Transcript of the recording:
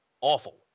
awful